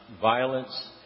violence